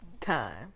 time